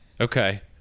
okay